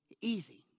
Easy